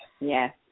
Yes